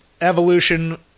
Evolution